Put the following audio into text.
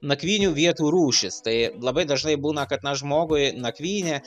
nakvynių vietų rūšis tai labai dažnai būna kad na žmogui nakvynė